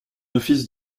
office